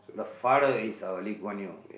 the father is our Lee Kuan Yew